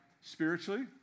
spiritually